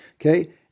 Okay